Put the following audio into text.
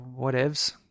whatevs